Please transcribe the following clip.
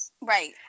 Right